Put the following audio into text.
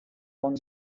von